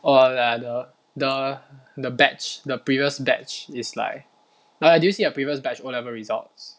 oh like the the the batch the previous batch is like like do you see the previous batch O level results